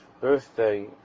birthday